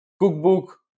cookbook